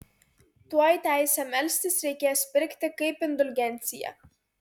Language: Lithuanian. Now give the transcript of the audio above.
tuoj teisę melstis reikės pirkti kaip indulgenciją